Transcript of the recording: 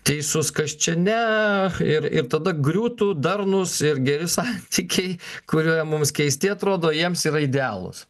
teisus kas čia ne ir ir tada griūtų darnūs ir geri santykiai kurie mums keisti atrodo o jiems yra idealūs